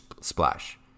splash